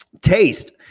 Taste